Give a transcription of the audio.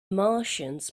martians